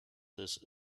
this